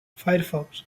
firefox